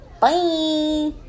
Bye